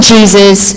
Jesus